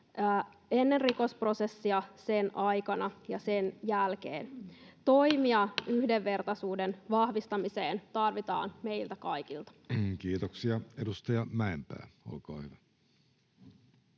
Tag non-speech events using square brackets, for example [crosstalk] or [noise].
[noise] sen aikana ja sen jälkeen. [noise] Toimia yhdenvertaisuuden vahvistamiseen tarvitaan meiltä kaikilta. Kiitoksia. — Edustaja Mäenpää, olkaa hyvä.